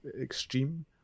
extreme